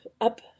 Up